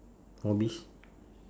hobbies